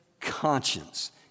conscience